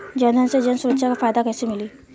जनधन से जन सुरक्षा के फायदा कैसे मिली?